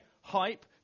Hype